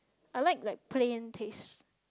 I like like plain taste